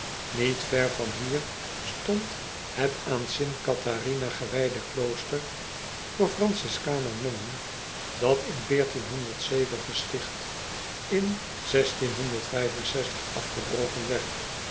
iet ver van hier stond het aan t atharina gewijde klooster voor ranciscaner nonnen dat in gesticht in afgebroken werd